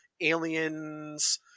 aliens